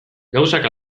gauzak